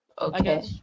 okay